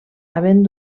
havent